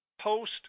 post